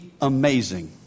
amazing